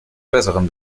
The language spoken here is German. besseren